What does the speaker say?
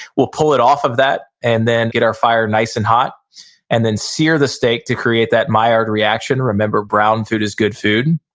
we'll pull it off of that and then get our fire nice and hot and then sear the steak to create that maillard ah reaction. remember, brown food is good food.